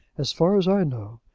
as far as i know,